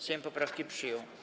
Sejm poprawki przyjął.